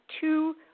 two